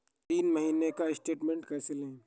तीन महीने का स्टेटमेंट कैसे लें?